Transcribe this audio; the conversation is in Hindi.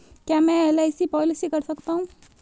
क्या मैं एल.आई.सी पॉलिसी कर सकता हूं?